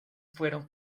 fueron